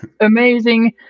amazing